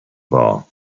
war